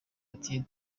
ati